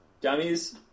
dummies